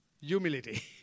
Humility